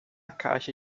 caixa